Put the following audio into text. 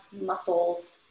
muscles